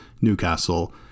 Newcastle